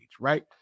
right